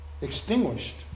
extinguished